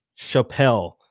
Chappelle